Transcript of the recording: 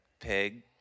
pig